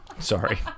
Sorry